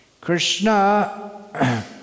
Krishna